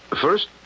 First